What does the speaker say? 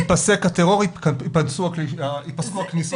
יפסק הטרור, יפסקו הכניסות לבתים.